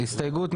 הצבעה בעד,